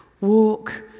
Walk